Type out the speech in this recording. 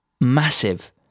massive